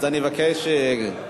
אז אני מבקש קצת שקט.